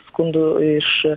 skundų iš